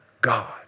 God